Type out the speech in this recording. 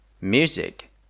Music